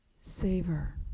Savor